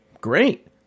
Great